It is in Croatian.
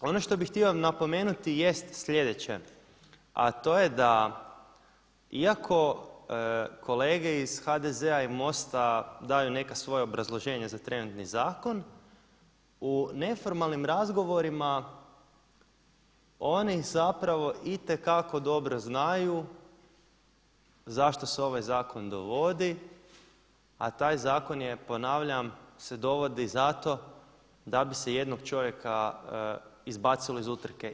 Ono što bih htio napomenuti jest sljedeće, a to je da iako kolege iz HDZ-a i MOST-a daju neka svoja obrazloženja i za trenutni zakon u neformalnim razgovorima, oni zapravo itekako dobro znaju zašto se ovaj zakon dovodi, a taj zakon je ponavljam se dovodi zato da bi se jednog čovjeka izbacilo iz utrke.